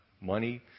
Money